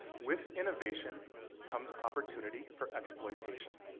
with innovation comes opportunity for exploitation.